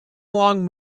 long